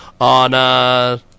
on